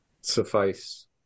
suffice